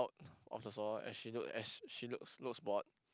out of the floor as she looks as she looks looks bored